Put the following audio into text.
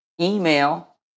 Email